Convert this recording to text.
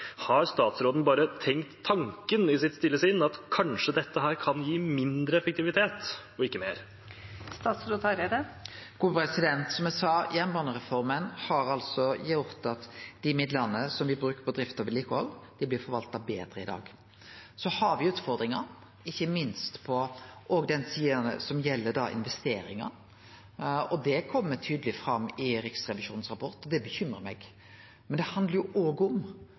Har statsråden bare tenkt tanken i sitt stille sinn, at kanskje dette kan gi mindre effektivitet og ikke mer? Som eg sa: Jernbanereforma har gjort at dei midlane som vert brukte på vedlikehald, vert forvalta betre i dag. Så har me utfordringar, ikkje minst på den sida som gjeld investeringar, og det kjem tydeleg fram i Riksrevisjonens rapport. Det bekymrar meg. Men det handlar òg om